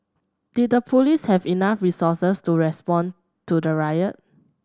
did the police have enough resources to respond to the riot